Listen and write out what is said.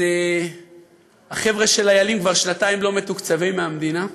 אז החבר'ה של "איילים" כבר שנתיים לא מתוקצבים מהמדינה.